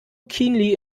keenly